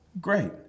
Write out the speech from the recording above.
Great